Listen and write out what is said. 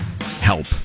help